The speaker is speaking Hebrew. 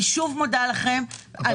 אני שוב מודה לכם על